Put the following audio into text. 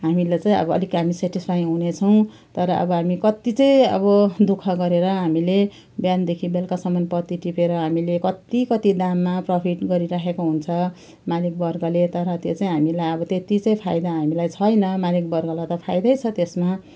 हामीलाई चाहिँ अब अलिक हामी सेटिसफाइ हुनेछौँ तर अब हामी कत्ति चाहिँ अब दुःख गरेर हामीले बिहानदेखि बेलुकासम्म पत्ती टिपेर हामीले कत्ति कत्ति दाममा प्रफिट गरिरहेको हुन्छ मालिकवर्गले तर त्यो चाहिँ हामीलाई अब त्यत्ति चाहिँ फाइदा हामीलाई छैन मालिकवर्गलाई त फाइदै छ त्यसमा